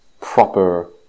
proper